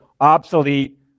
obsolete